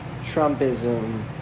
Trumpism